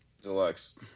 Deluxe